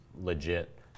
legit